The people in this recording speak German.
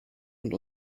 und